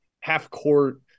half-court –